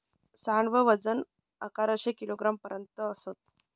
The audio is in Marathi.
सांड च वजन अकराशे किलोग्राम पर्यंत असत